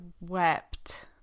wept